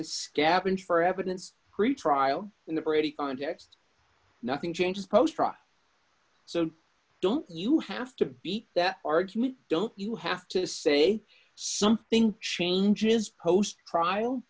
to scavenge for evidence pretrial in the brady context nothing changes post so don't you have to beat that argument don't you have to say something changes post trial